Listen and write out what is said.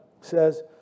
says